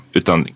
utan